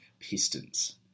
Pistons